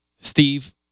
Steve